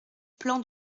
plan